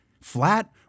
Flat